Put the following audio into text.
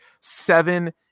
Seven